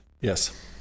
Yes